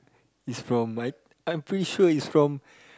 is from my I'm pretty sure is from